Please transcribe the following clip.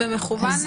במכוון,